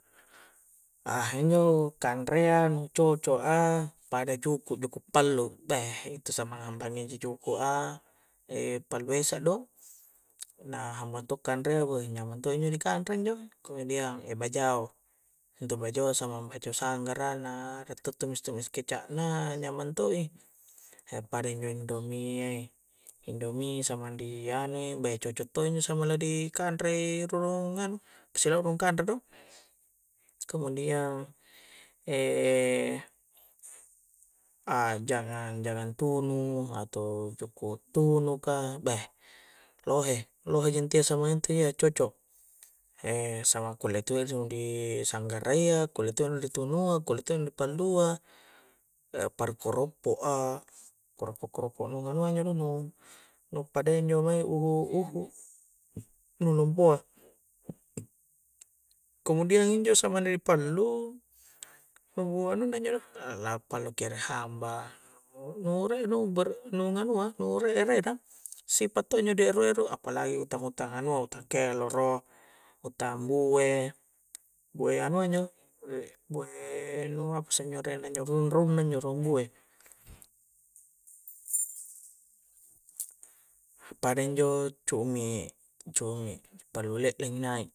Ahe injo' kanreang' coco'a pada juku', juku' pallu beh intu' samanga juku'a e' pallu' esa' do na jambang to kanrea' beh nyamang to' injo' di kanre njo', kemudian e' bajao' intu' bajao samang bajo' sanggara na re' tumis'tumis keca'na anyamang to'i e' pada injo' indomi', indomi' samang dih' anu'i beh cocok' to' njo' samula dih kanre'i rung nganu', pisalalong kanre' do kemudian e' a' jangang, jangang tunu' atau juku' tunu' kah beh, lohe, lohe injo' samaing intu' ya cocok' e' sama kulle' to'i rung' di sanggara'ya, kulle to'i ritunu'ang, kulle to'i ri palluang' e' parokko' roppo'a, koroppo-koroppo nu nganua njo do, nu' nu' pada iya njo' mange' uhu-uhu nu lompo'a kemudian injo' samang di pallu' nubua' nunna njo do', la'lampa nu kere' hambang nu', nu' nu nganua nu re' erena sipa' to' injo' di ero'-ero' apalagi tamung-tanganu'a mo ta' kelero tang' mbue' bue' anua injo', bue' nu' apa isse injo arengna injo' do, rumbue' pada injo' cumi-cumi pallu' le'lenga nai'